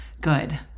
Good